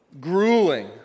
grueling